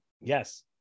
Yes